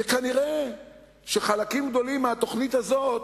וכנראה חלקים גדולים מהתוכנית הזאת